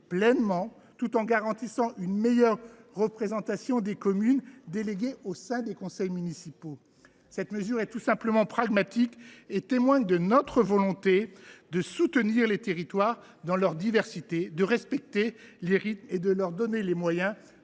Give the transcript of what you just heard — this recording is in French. pleinement, tout en garantissant une meilleure représentation des communes déléguées au sein des conseils municipaux. Cette mesure est pragmatique et témoigne de notre volonté de soutenir les territoires dans leur diversité, de respecter leurs rythmes et de leur donner les moyens